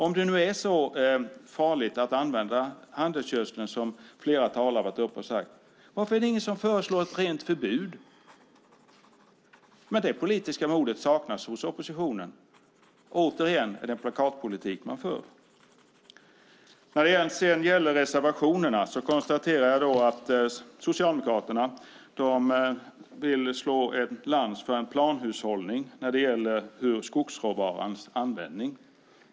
Om det nu är så farligt att använda handelsgödsel som flera talare har sagt, varför föreslår ingen ett rent förbud? Det politiska modet saknas hos oppositionen. Det är återigen plakatpolitik. När det gäller reservationerna konstaterar jag att Socialdemokraterna vill dra en lans för planhushållning när det gäller skogsråvarans användning.